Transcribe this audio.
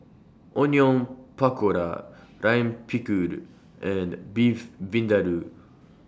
Onion Pakora Lime Pickle and Beef Vindaloo